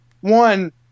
one